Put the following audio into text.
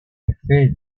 effet